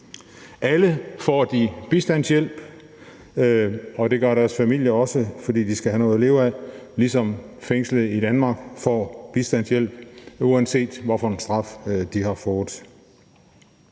Alle får de bistandshjælp, og det gør deres familier også, fordi de skal have noget at leve af, ligesom fængslede i Danmark får bistandshjælp, uanset hvad for en straf de har fået.